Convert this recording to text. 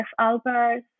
Albers